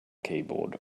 keyboard